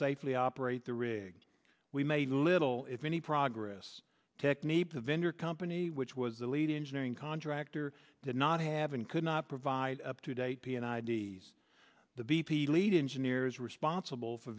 safely operate the rig we made little if any progress technique the vendor company which was the lead engineering contractor did not have and could not provide up to date p and i d s the v p lead engineers responsible for